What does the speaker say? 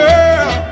Girl